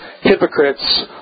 hypocrites